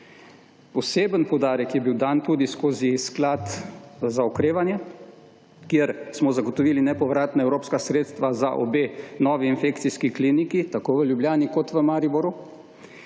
Poseben poudarek je bil dan tudi skozi Sklad za okrevanje, kjer smo zagotovili nepovratna evropska sredstva za obe novi infekcijski kliniki, tako v Ljubljani, kot v Mariboru,